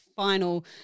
final